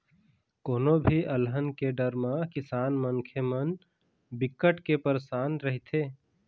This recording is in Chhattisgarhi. कोनो भी अलहन के डर म किसान मनखे मन बिकट के परसान रहिथे